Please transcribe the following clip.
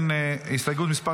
הסתייגות מס'